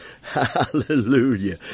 Hallelujah